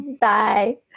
Bye